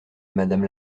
madame